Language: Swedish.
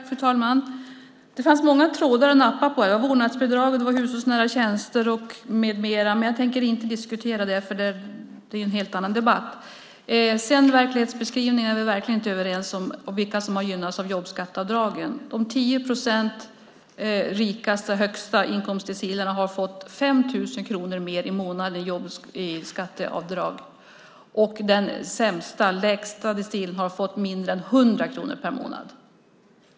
Fru talman! Det fanns många trådar att nappa på här - vårdnadsbidrag, hushållsnära tjänster med mera. Men jag tänker inte diskutera det, för det blir en helt annan debatt. Vi är inte alls överens om verklighetsbeskrivningen och vilka som har gynnats av jobbskatteavdragen. De 10 procent som är rikast, den högsta inkomstdecilen, har fått 5 000 kronor mer i månaden i skatteavdrag och den lägsta decilen har fått mindre än 100 kronor per månad.